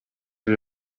bir